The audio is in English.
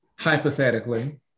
hypothetically